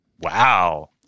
Wow